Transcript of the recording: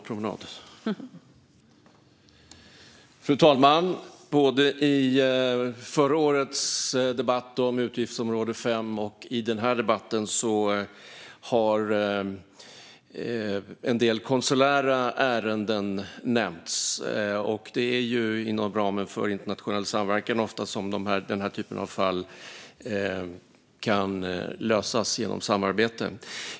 Fru talman! Både i förra årets debatt om utgiftsområde 5 och i den här debatten har en del konsulära ärenden nämnts. Det är ju oftast inom ramen för internationell samverkan som den här typen av fall kan lösas genom samarbete.